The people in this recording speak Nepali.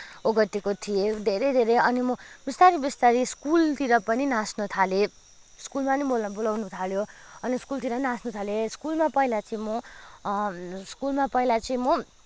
ओगटेको थिएँ धेरै धेरै अनि म बिस्तारी बिस्तारी स्कुलतिर पनि नाच्न थालेँ स्कुलमा पनि मलाई बोलाउन थाल्यो अनि स्कुलतिर पनि नाच्न थालेँ अनि स्कुलमा पहिला चाहिँ म स्कुलमा पहिला चाहिँ म